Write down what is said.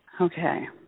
Okay